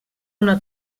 una